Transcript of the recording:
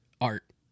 art